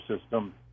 system